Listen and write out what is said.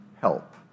help